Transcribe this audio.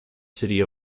city